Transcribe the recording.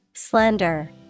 Slender